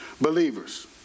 believers